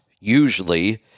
usually